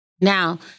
Now